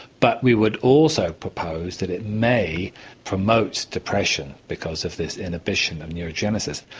but we would also propose that it may promote depression because of this inhibition of neurogenesis.